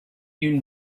you